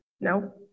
No